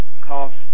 cost